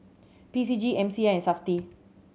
P C G M C I and Safti